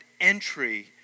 entry